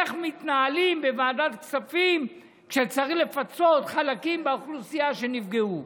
איך מתנהלים בוועדת כספים כשצריך לפצות חלקים באוכלוסייה שנפגעו.